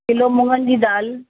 kilo मुङनि जी दाल